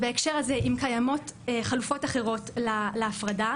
בהקשר הזה אם קיימות חלופות אחרות להפרדה,